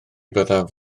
byddaf